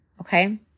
okay